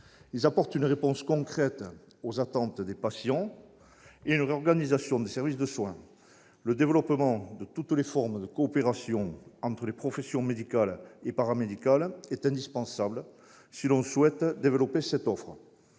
Ils apportent une réponse concrète aux attentes des patients et permettent une réorganisation des services de soins. Le développement de toutes les formes de coopération entre les professions médicales et paramédicales est indispensable si l'on souhaite élargir cette offre.